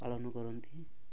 ପାଳନ କରନ୍ତି